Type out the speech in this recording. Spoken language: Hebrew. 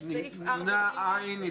לא אושרה.